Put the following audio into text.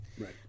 right